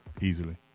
easily